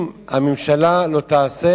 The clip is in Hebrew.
אם הממשלה לא תעשה